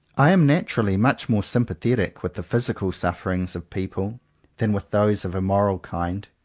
i am naturally much more sympathetic with the physical sufferings of people than with those of a moral kind.